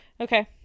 Okay